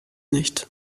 nicht